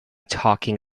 talking